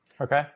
Okay